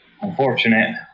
unfortunate